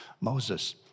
Moses